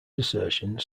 assertions